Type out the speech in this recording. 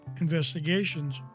investigations